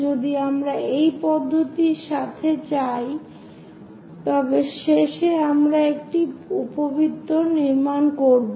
যদি আমরা এই পদ্ধতির সাথে চাই তবে শেষে আমরা এই উপবৃত্তটি নির্মাণ করব